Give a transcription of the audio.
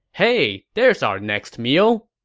hey, there's our next meal.